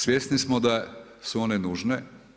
Svjesni smo da su one nužne.